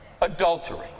adultery